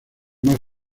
más